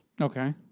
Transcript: Okay